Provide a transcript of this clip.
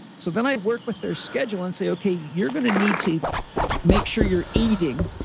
so then i work with their schedule and say, okay, you're going to need to make sure you're eating.